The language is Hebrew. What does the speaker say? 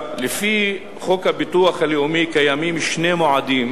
לפי חוק הביטוח הלאומי קיימים שני מועדים